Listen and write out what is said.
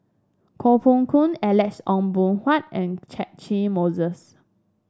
Koh Poh Koon Alex Ong Boon Hau and Catchick Moses